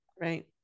Right